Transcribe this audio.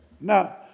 Now